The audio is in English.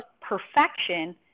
perfection